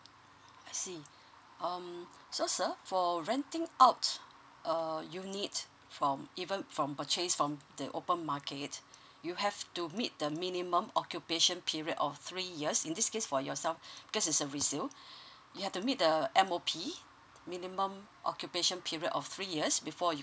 I see um so sir for renting out err unit from even from purchase from the open market you have to meet the minimum occupation period of three years in this case for yourself because is a resales you have to meet the a M_O_P minimum occupation period of three years before you